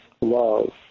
love